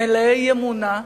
מלאי אמונה,